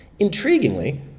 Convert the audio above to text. Intriguingly